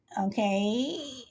Okay